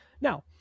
Now